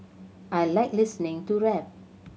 I like listening to rap